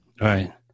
Right